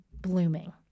blooming